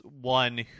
one